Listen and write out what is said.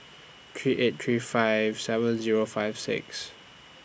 three eight three five seven Zero five six